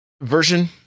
version